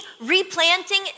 replanting